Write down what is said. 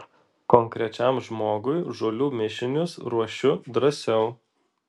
konkrečiam žmogui žolių mišinius ruošiu drąsiau